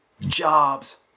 jobs